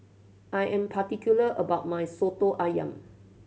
I am particular about my Soto Ayam